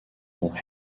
dont